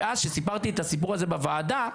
וכשסיפרתי את הסיפור הזה בוועדה,